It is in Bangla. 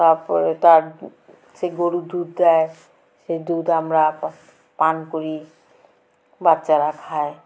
তারপরে তার সে গরুর দুধ দেয় সেই দুধ আমরা পান করি বাচ্চারা খায়